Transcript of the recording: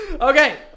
Okay